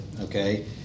Okay